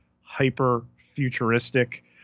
hyper-futuristic